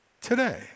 today